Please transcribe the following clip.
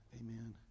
Amen